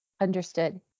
Understood